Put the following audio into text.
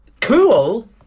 cool